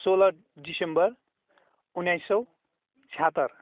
सोह्र दिसम्बर उन्नाइस सौ छयहत्तर